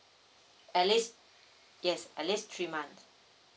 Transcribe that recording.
at least yes at least three month